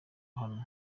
hano